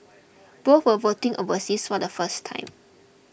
both were voting overseas for the first time